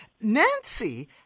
Nancy